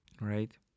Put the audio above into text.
Right